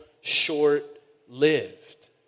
short-lived